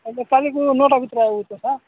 ହେଲେ କାଲିକୁ ନଅଟା ଭିତରେ ଆସୁଛୁ ନା